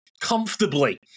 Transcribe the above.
comfortably